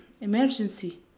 emergency